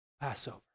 passover